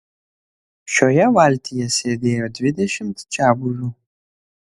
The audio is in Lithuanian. šioje valtyje sėdėjo dvidešimt čiabuvių